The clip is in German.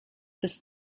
bis